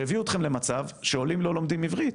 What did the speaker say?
שהביאו אתכם למצב שעולים לא לומדים עברית.